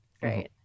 Great